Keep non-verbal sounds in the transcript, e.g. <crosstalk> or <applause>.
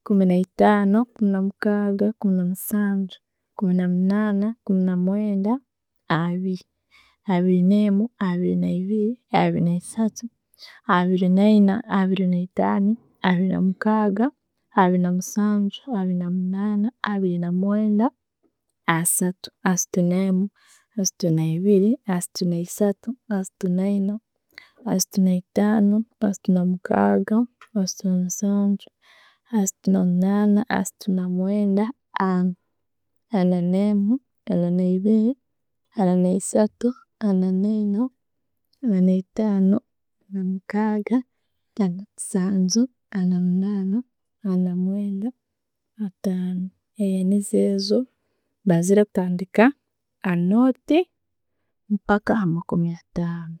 ekumi naitano, ekumi namukaga, ekumi namusanju, ekumi namunana, ekumi namwenda, abiri, abiri nemu, abiri neibiri, abiri neisatu, abiri naina, abiri neitaanu, abiri namukaga, abiri namusanju, abiri namunana, abiri namwenda, asatu, asatu nemu, asatu ne'biri, asatu ne'esatu, asatu neina, asatu neitaano, asatu namukaga, asatu namusanju, asatu na'munana, asatu namwenda, ana, ana ne'mu, ana'nebiri, ana'nesatu, ana'neina, ana ne'taano, ana'namukaaga, ana'namusanju, ana na'munana, ana na'mwenda, atano, <hesitation> nizezo mbazire kutandika ha north mpaka hamakumi nataano.